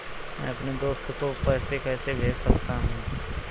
मैं अपने दोस्त को पैसे कैसे भेज सकता हूँ?